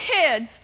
kids